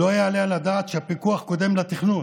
לא יעלה על הדעת שהפיקוח קודם לתכנון.